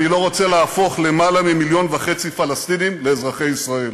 אני לא רוצה להפוך למעלה מ-1.5 מיליון פלסטינים לאזרחי ישראל.